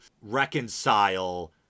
reconcile